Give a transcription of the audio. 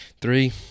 Three